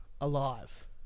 alive